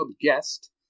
guest